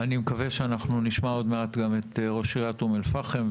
אני מקווה שנשמע עוד מעט את ראש עיריית אום אל פאחם,